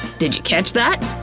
did you catch that?